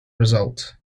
result